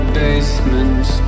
basements